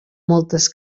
moltes